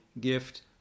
gift